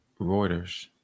Reuters